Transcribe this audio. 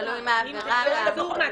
תלוי מה העבירה גם.